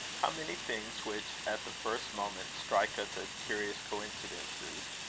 how many things which, at the first moment, strike us as curious coincidences,